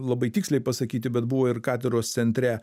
labai tiksliai pasakyti bet buvo ir katedros centre